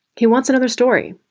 he wants another story.